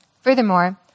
Furthermore